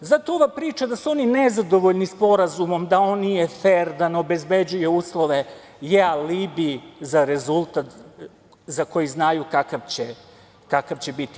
Zato ova priča da su oni nezadovoljni sporazumom, da on nije fer, da ne obezbeđuje uslove je alibi za rezultat za koji znaju kakav će biti.